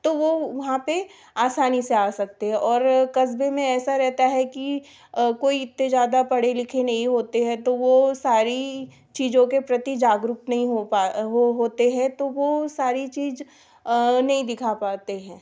तो वो वहाँ पर आसानी से आ सकते हैं और कस्बे में ऐसा रहता है कि कोई इतने ज़्यादा पढ़े लिखे नहीं होते हैं तो वह सारी चीज़ों के प्रति जागरुक नहीं हो पा हो होते हैं तो वह सारी चीज़ नहीं दिखा पाते हैं